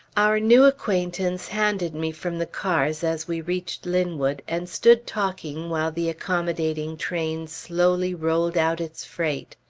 our new acquaintance handed me from the cars as we reached linwood, and stood talking while the accommodating train slowly rolled out its freight.